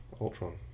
Ultron